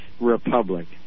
republic